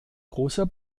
großer